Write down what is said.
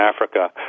Africa